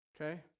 Okay